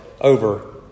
over